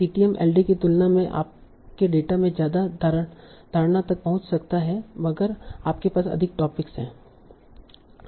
CTM LDA की तुलना में आपके डेटा में ज्यादा धारणा तक पहुँच सकता है अगर आपके पास अधिक टॉपिक्स हैं